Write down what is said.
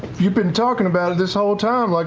you've been talking about it this whole time, like